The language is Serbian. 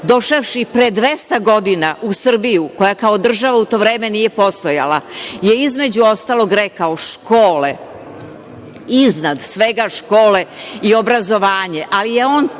došavši pre 200 godina u Srbiju koja kao država u to vreme nije postojala je između ostalog rekao – Škole, iznad svega škole i obrazovanje. Ali, on